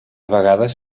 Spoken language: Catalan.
vegades